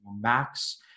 Max